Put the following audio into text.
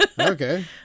Okay